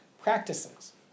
practices